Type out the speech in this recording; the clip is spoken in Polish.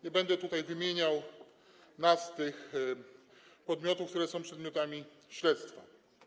Nie będę tutaj wymieniał nazw tych podmiotów, które są przedmiotami śledztwa.